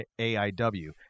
AIW